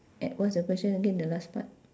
e~ what's the question again the last part